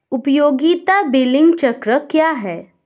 उपयोगिता बिलिंग चक्र क्या है?